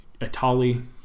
atali